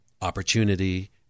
opportunity